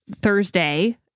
Thursday